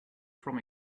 from